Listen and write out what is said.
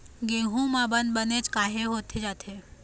गेहूं म बंद बनेच काहे होथे जाथे?